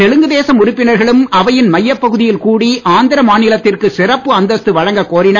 தெலுங்குதேசம் உறுப்பினர்களும் அவையின் மையப்பகுதியில் கூடி ஆந்திர மாநிலத்திற்கு சிறப்பு அந்தஸ்து வழங்கக் கோரினர்